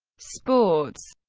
sports